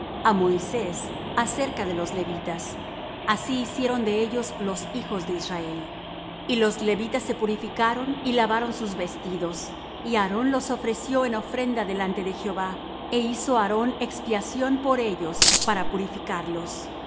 á moisés acerca de los levitas así hicieron de ellos los hijos de israel y los levitas se purificaron y lavaron sus vestidos y aarón los ofreció en ofrenda delante de jehová é hizo aarón expiación por ellos para purificarlos